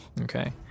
okay